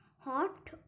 Hot